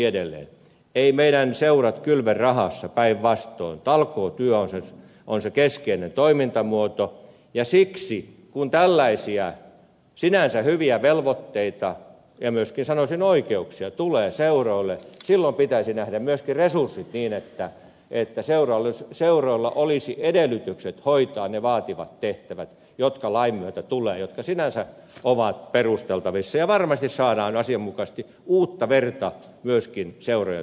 eivät meidän seuramme kylve rahassa päinvastoin talkootyö on se keskeinen toimintamuoto ja siksi kun tällaisia sinänsä hyviä velvoitteita ja myöskin sanoisin oikeuksia tulee seuroille pitäisi nähdä myöskin resurssit niin että seuroilla olisi edellytykset hoitaa ne vaativat tehtävät jotka lain myötä tulevat ja jotka sinänsä ovat perusteltavissa ja varmasti saadaan asianmukaisesti uutta verta myöskin seurojen toimintaan